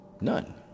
None